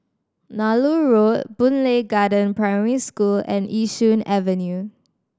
Nallur Road Boon Lay Garden Primary School and Yishun Avenue